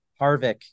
Harvick